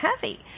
heavy